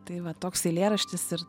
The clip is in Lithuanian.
tai va toks eilėraštis ir